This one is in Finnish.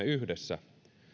yhdessä